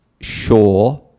sure